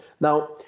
Now